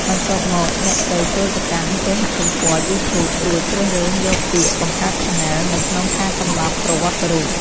បន្ទាប់មក អ្នកត្រូវចូលទៅកាន់គេហទំព័រ យូធូប រួចជ្រើសរើសយកពាក្យ បង្កើតឆានែល នៅក្នុងការកំណត់ប្រវត្តិរូប។